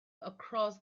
across